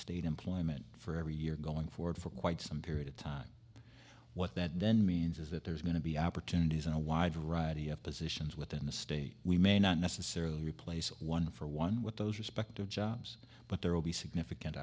state employment for every year going forward for quite some period of time what that then means is that there's going to be opportunities in a wide variety of positions within the state we may not necessarily replace one for one with those respective jobs but there will be significant